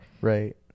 Right